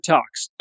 Talks